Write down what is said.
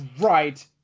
right